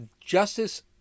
justice